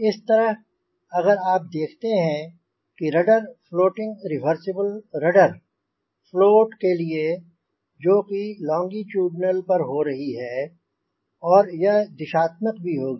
इस तरह अगर आप देखते हैं कि rudder floating reversible rudder float के लिए जो कि लोंगीटुडनल पर हो रही है और यह दिशात्मक भी होगी